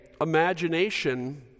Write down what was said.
Imagination